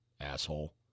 asshole